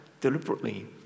deliberately